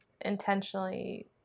intentionally